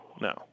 no